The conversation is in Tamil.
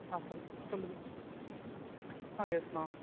ஆ சொல் சொல்லுங்கள் ஆ யெஸ் மேம்